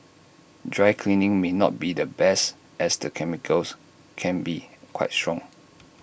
dry cleaning may not be the best as the chemicals can be quite strong